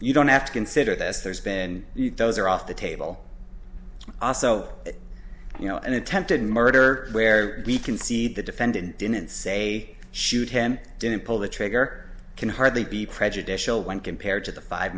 you don't have to consider this there's been those are off the table also you know an attempted murder where we can see the defendant didn't say shoot him didn't pull the trigger can hardly be prejudicial when compared to the five